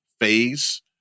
phase